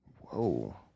Whoa